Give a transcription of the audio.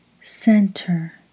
Center